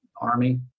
army